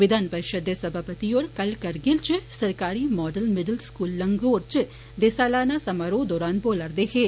विघान परिषद दे सभापति होर कल करगिल च सरकारी माडल मिडल स्कूल लंगोर दे सालाना समारोह दौरान बोला'रदे हे